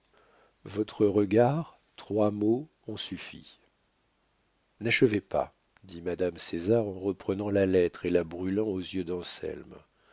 votre regard trois mots ont suffi n'achevez pas dit madame césar en reprenant la lettre et la brûlant aux yeux d'anselme